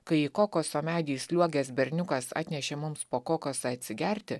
kai į kokoso medį įsliuogęs berniukas atnešė mums po kokosą atsigerti